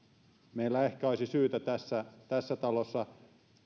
meillä ehkä olisi syytä tässä tässä talossa